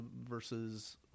versus